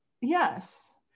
Yes